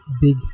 big